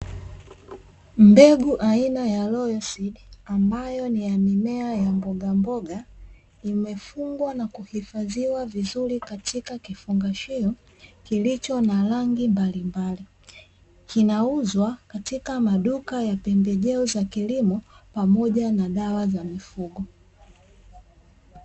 Mbegu aina ya "Royalseed" ambayo ni ya mimea ya mbogamboga, imefungwa na kuhifadhiwa vizuri katika kifungashio kilicho na rangi mbalimbali, kinauzwa katika maduka ya pembejeo za kilimo pamoja na dawa za mifugo.